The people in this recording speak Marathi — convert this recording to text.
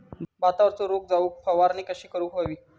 भातावरचो रोग जाऊक फवारणी कशी करूक हवी?